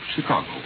Chicago